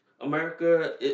America